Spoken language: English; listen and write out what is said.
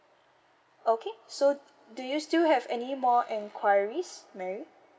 okay so do you still have any more enquiries mary